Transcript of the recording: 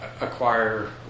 acquire